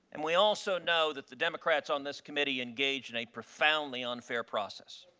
and we also know that the democrats on this committee engaged in a profoundly unfair process.